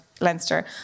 Leinster